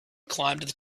climbed